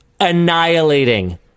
annihilating